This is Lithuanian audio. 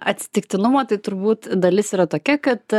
atsitiktinumo tai turbūt dalis yra tokia kad